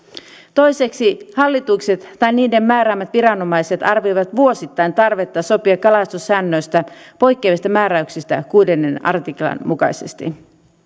toiseksi hallitukset tai niiden määräämät viranomaiset arvioivat vuosittain tarvetta sopia kalastussäännöstä poikkeavista määräyksistä kuudennen artiklan mukaisesti